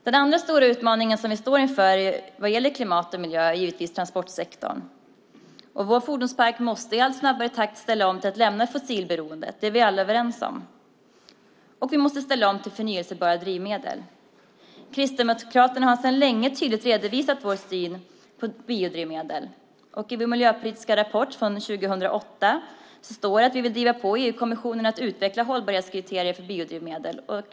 Den andra stora utmaningen vi står inför vad gäller klimat och miljö är givetvis transportsektorn. Vår fordonspark måste i allt snabbare takt ställa om till att lämna fossilberoendet. Det är vi alla överens om. Vi måste ställa om till förnybara drivmedel. Kristdemokraterna har sedan länge tydligt redovisat vår syn på biodrivmedel. I vår miljöpolitiska rapport från 2008 står det att vi vill driva på EU-kommissionen att utveckla hållbarhetskriterier för biodrivmedel.